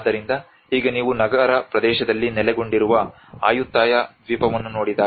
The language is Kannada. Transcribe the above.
ಆದ್ದರಿಂದ ಈಗ ನೀವು ನಗರ ಪ್ರದೇಶದಲ್ಲಿ ನೆಲೆಗೊಂಡಿರುವ ಆಯುಥಾಯ ದ್ವೀಪವನ್ನು ನೋಡಿದಾಗ